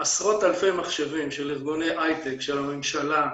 עשרות אלפי מחשבים של ארגוני הייטק, של הממשלה,